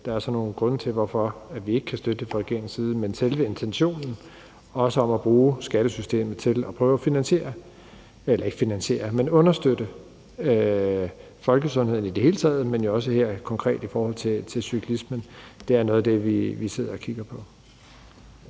nogle grunde til, at vi ikke kan støtte det fra regeringens side, men selve intentionen i det, om at bruge skattesystemet til at prøve at understøtte folkesundheden i det hele taget, men jo også som her konkret i forhold til cyklismen, er noget af det, vi sidder og kigger på.